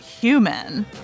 human